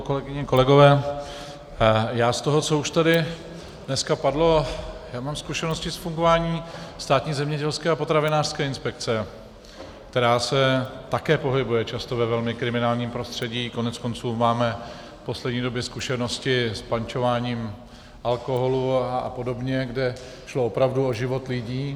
Kolegyně a kolegové, já z toho, co už tady dneska padlo, mám zkušenosti z fungování Státní zemědělské a potravinářské inspekce, která se také často pohybuje ve velmi kriminálním prostředí, koneckonců máme v poslední době zkušenosti s pančováním alkoholu apod., kde šlo opravdu o život lidí.